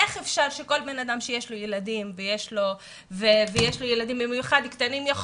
איך אפשר שכל בן אדם שיש לו ילדים במיוחד קטנים,